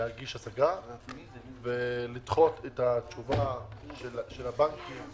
להגיש הסגה ולדחות את התשובה של הבנקים